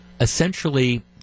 essentially